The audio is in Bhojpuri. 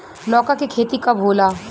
लौका के खेती कब होला?